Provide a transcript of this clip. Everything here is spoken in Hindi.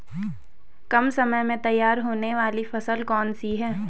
कम समय में तैयार होने वाली फसल कौन सी है?